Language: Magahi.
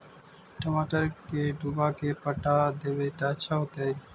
टमाटर के डुबा के पटा देबै त अच्छा होतई?